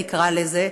נקרא לזה,